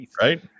Right